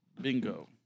Bingo